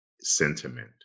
sentiment